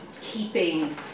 keeping